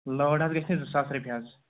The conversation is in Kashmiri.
لٲر حظ گژھِنےَ زٕ ساس رۄپیہِ حظ